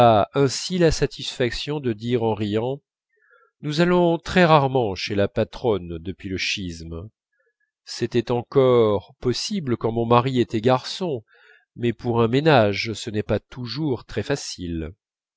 ainsi la satisfaction de dire en riant nous allons très rarement chez la patronne depuis le schisme c'était encore possible quand mon mari était garçon mais pour un ménage ce n'est pas toujours très facile